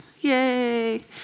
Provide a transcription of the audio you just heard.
Yay